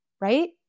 right